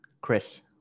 Chris